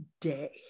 day